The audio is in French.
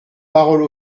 parole